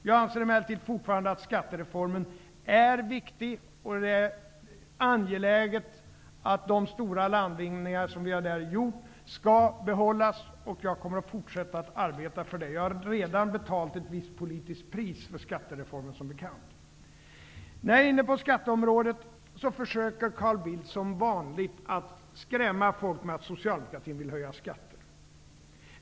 Jag anser emellertid fortfarande att skattereformen är viktig och att det är angeläget att de stora landvinningar som vi därigenom har gjort skall behållas, och jag kommer att fortsätta att arbeta för det. Jag har, som bekant, redan betalat ett visst politiskt pris för skattereformen. När jag är inne på skatteområdet försöker Carl Bildt som vanligt att skrämma folk med att socialdemokratin vill höja skatterna.